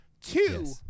Two